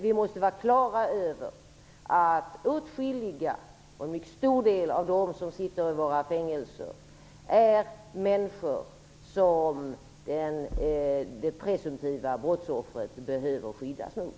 Vi måste vara klara över att en mycket stor del av dem som sitter i våra fängelser är människor som de presumtiva brottsoffren behöver skyddas mot.